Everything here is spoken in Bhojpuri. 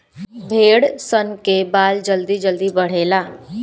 भेड़ सन के बाल जल्दी जल्दी बढ़ेला